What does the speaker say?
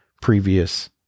previous